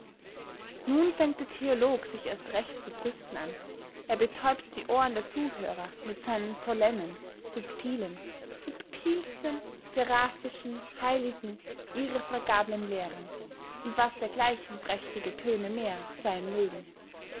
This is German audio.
nun fängt der theolog sich erst recht zu brüsten an er betäubt die ohren der zuhörer mit seinen solennen subtilen subtilsten seraphischen heiligen irrefragablen lehrern und was dergleichen prächtige töne mehr seyn mögen